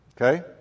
Okay